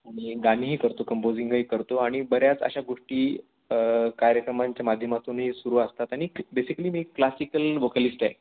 मी गाणीही करतो कम्पोजिंगही करतो आणि बऱ्याच अशा गोष्टी कार्यक्रमांच्या माध्यमातूनही सुरू असतात आणि बेसिकली मी क्लासिकल वोकलिस्ट आहे